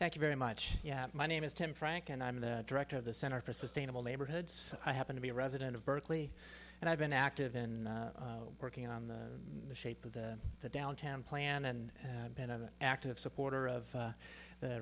thank you very much yeah my name is tim frank and i'm the director of the center for sustainable neighborhoods i happen to be a resident of berkeley and i've been active in working on the shape of the the downtown plan and been an active supporter of